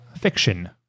Fiction